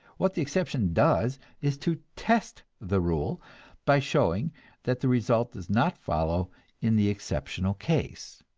what the exception does is to test the rule by showing that the result does not follow in the exceptional case.